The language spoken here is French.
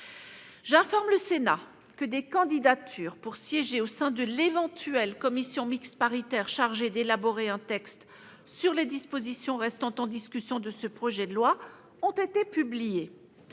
J'informe le Sénat que des candidatures pour siéger au sein de l'éventuelle commission mixte paritaire chargée d'élaborer un texte sur les dispositions restant en discussion de ce projet de loi ont été publiées.